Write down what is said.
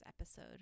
episode